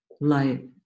light